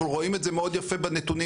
אבל רואים את זה מאוד יפה בנתונים,